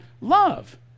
love